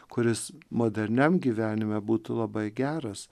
kuris moderniam gyvenime būtų labai geras